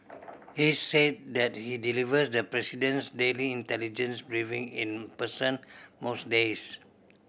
he's said that he delivers the president's daily intelligence briefing in person most days